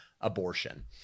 Abortion